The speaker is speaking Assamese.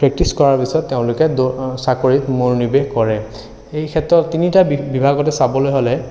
প্ৰেক্টিছ কৰাৰ পিছত তেওঁলোকে দৌ চাকৰিত মনোনিৱেশ কৰে এইক্ষেত্ৰত তিনিটা বিভাগতে চাবলৈ হ'লে